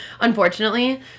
unfortunately